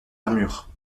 armure